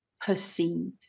perceive